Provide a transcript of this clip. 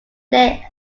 their